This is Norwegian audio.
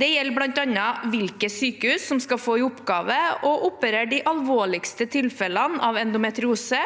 Det gjelder bl.a. hvilke sykehus som skal få i oppgave å operere de alvorligste tilfellene av endometriose,